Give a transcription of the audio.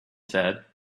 said